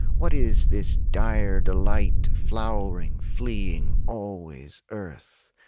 what is this dire delight flowering fleeing always earth?